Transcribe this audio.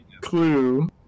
clue